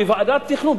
בוועדת תכנון,